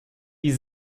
die